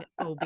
Ob